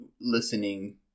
listening